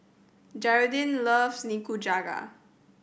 Geraldine loves Nikujaga